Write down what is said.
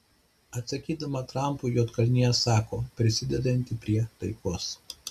atsakydama trampui juodkalnija sako prisidedanti prie taikos